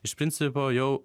iš principo jau